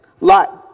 lot